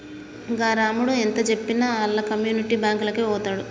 గా రామడు ఎంతజెప్పినా ఆళ్ల కమ్యునిటీ బాంకులకే వోతడు